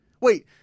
Wait